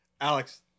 Alex